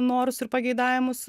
norus ir pageidavimus